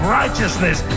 righteousness